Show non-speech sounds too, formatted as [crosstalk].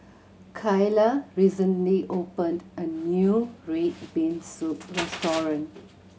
Kaylah recently opened a new red bean soup [noise] restaurant